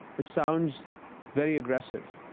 it sounds very aggressive,